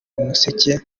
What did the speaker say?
umuseke